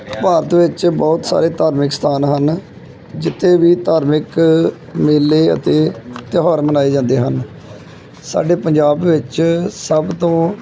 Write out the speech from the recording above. ਭਾਰਤ ਵਿੱਚ ਬਹੁਤ ਸਾਰੇ ਧਾਰਮਿਕ ਸਥਾਨ ਹਨ ਜਿੱਥੇ ਵੀ ਧਾਰਮਿਕ ਮੇਲੇ ਅਤੇ ਤਿਉਹਾਰ ਮਨਾਏ ਜਾਂਦੇ ਹਨ ਸਾਡੇ ਪੰਜਾਬ ਵਿੱਚ ਸਭ ਤੋਂ